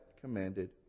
commanded